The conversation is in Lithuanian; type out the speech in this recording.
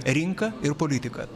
rinka ir politika